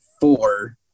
four